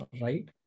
Right